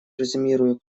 резюмирую